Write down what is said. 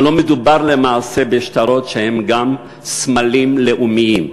הלוא מדובר למעשה בשטרות שהם גם סמלים לאומיים,